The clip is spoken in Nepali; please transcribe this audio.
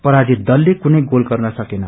पराजित दलले कुनै गोल गर्न सकेन